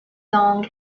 dong